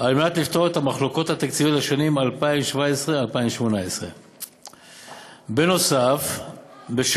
כדי לפתור את המחלוקות התקציביות לשנים 2017 2018. נוסף על כך,